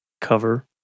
cover